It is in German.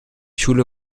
schule